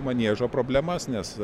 maniežo problemas nes